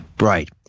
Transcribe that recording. Right